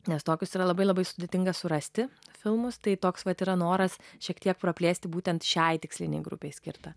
nes tokius yra labai labai sudėtinga surasti filmus tai toks vat yra noras šiek tiek praplėsti būtent šiai tikslinei grupei skirta